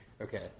Okay